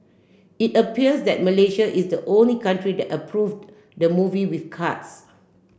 it appears that Malaysia is the only country that approved the movie with cuts